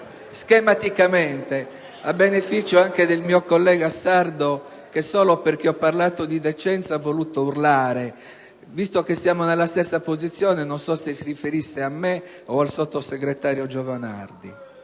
Parlo a beneficio anche del mio collega sardo, senatore Sanna, che solo perché ho parlato di decenza ha voluto urlare ma, visto che siamo nella stessa posizione, non so se si riferisse a me o al sottosegretario Giovanardi.